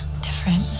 Different